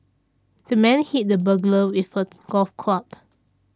the man hit the burglar with a golf club